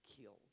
killed